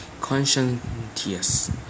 conscientious